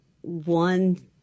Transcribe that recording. one